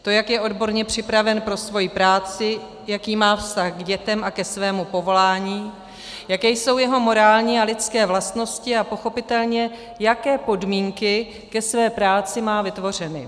To, jak je odborně připraven pro svoji práci, jaký má vztah k dětem a ke svému povolání, jaké jsou jeho morální a lidské vlastnosti, a pochopitelně, jaké podmínky ke své práci má vytvořeny.